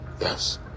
Yes